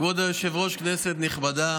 כבוד היושב-ראש, כנסת נכבדה,